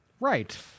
Right